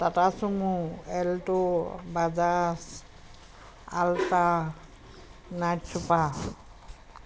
tata sumo alto Bajaj ultra night super